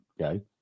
Okay